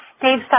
Dave